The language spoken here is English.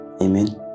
amen